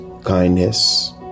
kindness